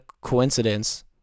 coincidence